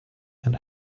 and